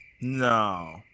No